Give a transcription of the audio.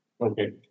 Okay